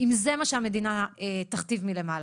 אם זה מה שהמדינה תכתיב מלמעלה.